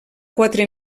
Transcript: quatre